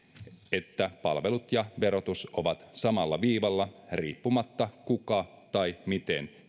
että palvelut ja verotus ovat samalla viivalla riippumatta siitä kuka tarjoaa ja miten